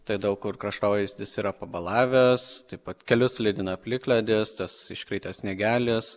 tai daug kur kraštovaizdis yra pabalavęs taip pat kelius slidina plikledis tas iškritęs sniegelis